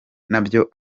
nabyo